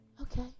Okay